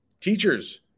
Teachers